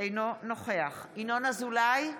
אינו נוכח ינון אזולאי,